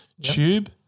tube